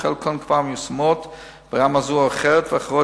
חלקן כבר מיושמות ברמה זו או אחרת ואחרות